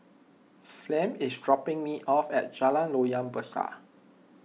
Flem is dropping me off at Jalan Loyang Besar